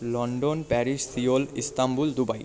London Paris Seoul Istanbul Dubai